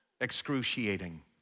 Excruciating